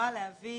ובמקומה להביא